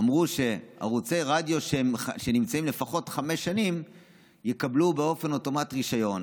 אמרו שערוצי רדיו שנמצאים לפחות חמש שנים יקבלו באופן אוטומטי רישיון.